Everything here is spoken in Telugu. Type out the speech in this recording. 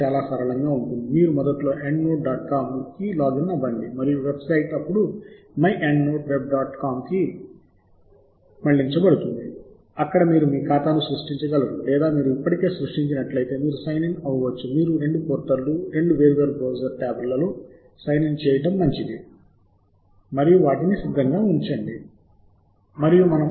ఒకసారి మీరు నమోదు చేసుకోండి అప్పుడు మీరు ఈ లాగిన్ ఫారమ్ను ఉపయోగించి లాగిన్ అవ్వవచ్చు మరియు మీరు మీ లాగిన్ను గుర్తుంచుకోమని పోర్టల్ను అడగవచ్చు తద్వారా రెండోసారి లాగిన్ చేయకుండా మీరు వివిధ సెషన్లలో సాహిత్య శోధన చేయవచ్చు